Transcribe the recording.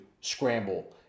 scramble